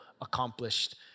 accomplished